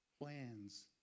plans